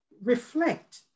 reflect